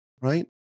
Right